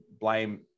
blame